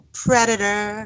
predator